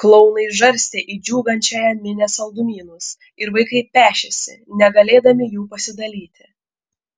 klounai žarstė į džiūgaujančią minią saldumynus ir vaikai pešėsi negalėdami jų pasidalyti